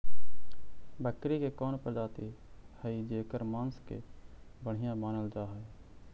बकरी के कौन प्रजाति हई जेकर मांस के बढ़िया मानल जा हई?